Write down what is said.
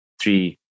three